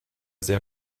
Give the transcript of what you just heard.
sehr